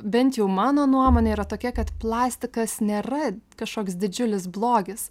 bent jau mano nuomonė yra tokia kad plastikas nėra kažkoks didžiulis blogis